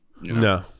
No